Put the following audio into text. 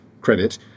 credit